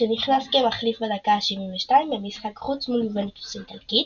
כשנכנס כמחליף בדקה ה-72 במשחק חוץ מול יובנטוס האיטלקית,